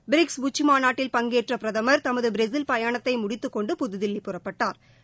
BRICS உச்சிமாநாட்டில் பங்கேற்ற பிரதமர் தமது பிரேசில் பயணத்தை முடித்துக் கொண்டு புதுதில்லி புறப்பட்டா்